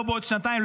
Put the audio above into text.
לא בעוד שנתיים,